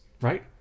right